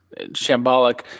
shambolic